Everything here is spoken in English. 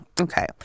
Okay